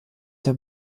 der